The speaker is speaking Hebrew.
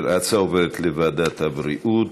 ההצעה עוברת לוועדת הבריאות.